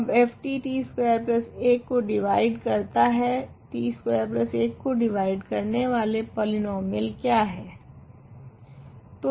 अब ft t21 को divide करता है t21 को डिवाइड करने वाले पोलिनोमीयल क्या है